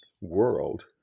world